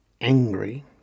angry